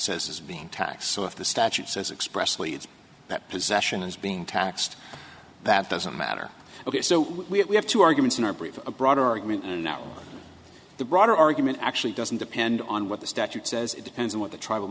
says is being taxed so if the statute says expressly it's that possession is being taxed that doesn't matter ok so we have two arguments in our brief a broader argument and now the broader argument actually doesn't depend on what the statute says it depends on what the tribal